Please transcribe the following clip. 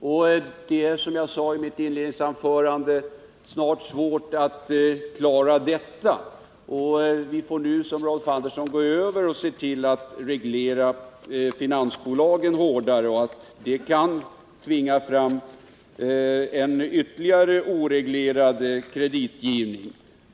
Och som jag sade i mitt inledningsanförande är det snart svårt att klara detta. Vi får nu gå över till att reglera finansbolagen hårdare, och det kan, som Rolf Andersson sade, tvinga fram en ytterligare oreglerad kreditgivning.